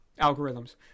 algorithms